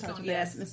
Yes